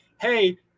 hey